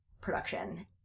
production